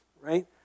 right